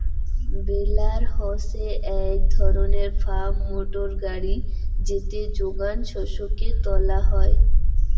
বেলার হসে এক ধরণের ফার্ম মোটর গাড়ি যেতে যোগান শস্যকে তোলা হই